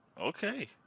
Okay